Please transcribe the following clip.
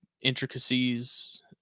intricacies